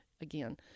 again